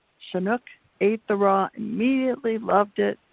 chinook ate the raw immediately, loved it.